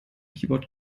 keyboard